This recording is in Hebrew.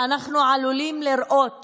שאנחנו עלולים לראות